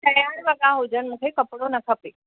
ठहियल वॻा हुजनि मूंखे कपिड़ो न खपे